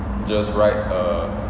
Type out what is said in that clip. just write a